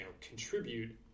contribute